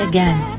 Again